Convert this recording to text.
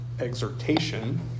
exhortation